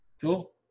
cool